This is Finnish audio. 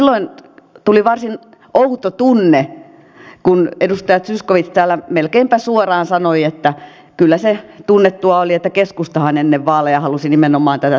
silloin tuli varsin outo tunne kun edustaja zyskowicz täällä melkeinpä suoraan sanoi että kyllä se tunnettua oli että keskustahan ennen vaaleja halusi nimenomaan tätä työtulovähennystä